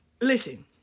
Listen